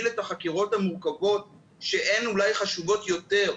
את החקירות המורכבות שהן אולי חשובות יותר,